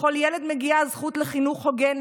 לכל ילד מגיעה הזכות לחינוך הוגן,